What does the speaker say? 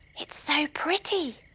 its so pretty!